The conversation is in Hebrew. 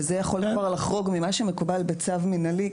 וזה יכול כבר לחרוג ממה שמקובל בצו מינהלי.